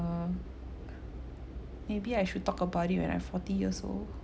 uh maybe I should talk about it when I forty years old